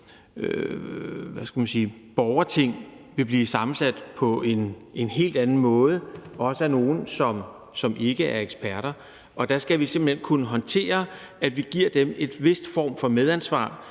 her borgerting vil blive sammensat på en helt anden måde, også af nogle, som ikke er eksperter. Og der skal vi simpelt hen kunne håndtere, at vi giver dem en vis form for medansvar